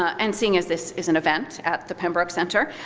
and seeing as this is an event at the pembroke center,